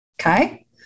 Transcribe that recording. Okay